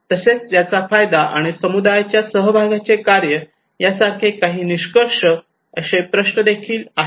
तसेच याचा फायदा आणि समुदायाच्या सहभागाचे कार्य यासारखे काही निष्कर्ष असे प्रश्न देखील आहेत